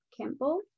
Campbell